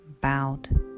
bowed